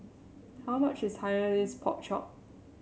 how much is Hainanese Pork Chop